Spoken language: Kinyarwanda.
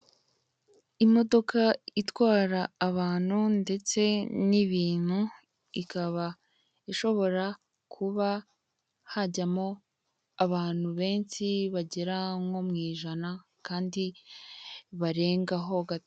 Imodoka itwara abantu ndetse n' ibintu, ikaba ishobora kuba hajyamo abantu benshi bagera nko mw' ijana Kandi barengaho Gato .